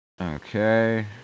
Okay